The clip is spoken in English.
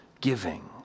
giving